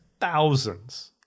thousands